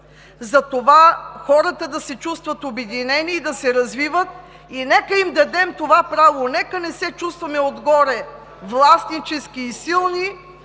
затова хората да се чувстват обединени и да се развиват. Нека да им дадем това право. Нека не се чувстваме отгоре властнически и силни